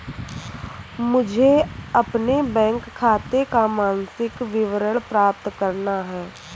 मुझे अपने बैंक खाते का मासिक विवरण प्राप्त करना है?